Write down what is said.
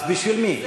אז בשביל מי?